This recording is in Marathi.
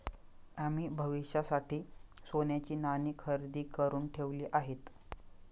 आम्ही भविष्यासाठी सोन्याची नाणी खरेदी करुन ठेवली आहेत